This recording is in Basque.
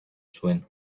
zuen